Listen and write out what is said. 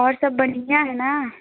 और सब बढ़िया है ना